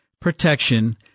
protection